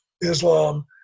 Islam